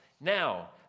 Now